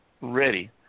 ready